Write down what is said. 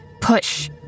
push